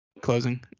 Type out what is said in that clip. closing